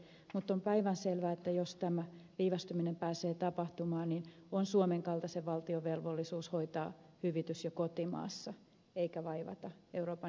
mutta on päivänselvää että jos tämä viivästyminen pääsee tapahtumaan niin on suomen kaltaisen valtion velvollisuus hoitaa hyvitys jo kotimaassa eikä vaivata euroopan ihmisoikeustuomioistuinta tämänkaltaisella asialla